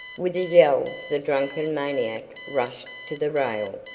with a yell the drunken maniac rushed to the rail.